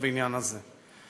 לבניין הזה.